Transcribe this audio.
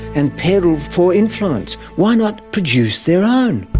and peddled for influence. why not produce their own?